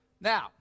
Now